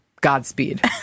Godspeed